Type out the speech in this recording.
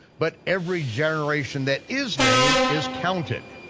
but every generation that is named is counted.